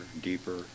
deeper